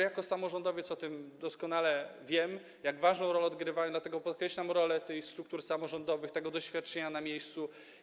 Jako samorządowiec doskonale wiem o tym, jak ważną rolę odgrywają, dlatego podkreślam rolę tych struktur samorządowych, tego doświadczenia na miejscu.